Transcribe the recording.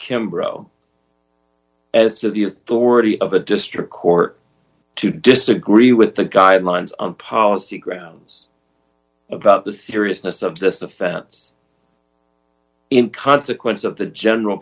worry of a district court to disagree with the guidelines on policy grounds about the seriousness of this offense in consequence of the general